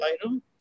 item